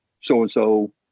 so-and-so